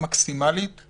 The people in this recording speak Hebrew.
המקסימלית